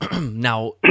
now